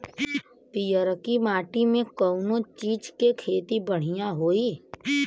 पियरकी माटी मे कउना चीज़ के खेती बढ़ियां होई?